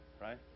right